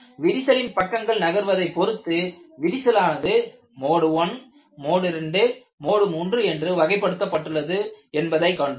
விரிசலின் பக்கங்கள் நகர்வதை பொருத்து விரிசலானது மோடு 1 மோடு 2 மோடு 3 என்று வகைப்படுத்தப் பட்டுள்ளது என்பதை கண்டோம்